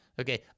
Okay